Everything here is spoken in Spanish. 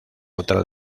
otra